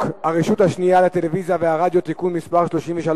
הרשות השנייה לטלוויזיה ורדיו (תיקון מס' 33)